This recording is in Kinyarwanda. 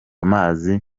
amazi